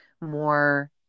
more